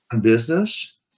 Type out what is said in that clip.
business